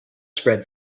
spread